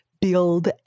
build